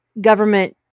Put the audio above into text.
government